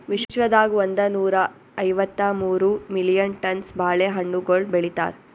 ವಿಶ್ವದಾಗ್ ಒಂದನೂರಾ ಐವತ್ತ ಮೂರು ಮಿಲಿಯನ್ ಟನ್ಸ್ ಬಾಳೆ ಹಣ್ಣುಗೊಳ್ ಬೆಳಿತಾರ್